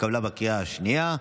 התקבלה בקריאה השנייה.